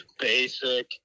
Basic